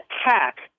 attack